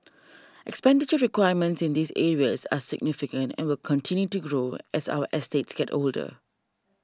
expenditure requirements in these areas are significant and will continue to grow as our estates get older